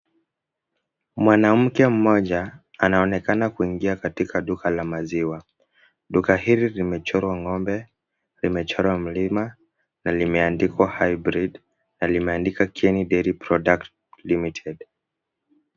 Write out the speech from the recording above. Mwanamke mmoja anaonekana kuingia katika duka la maziwa. Duka hili limechorwa ng'ombe, limechorwa mlima na limeandikwa highbridge na limeandikwa kenny dairy products limited .